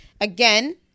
again